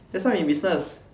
that's why I'm in business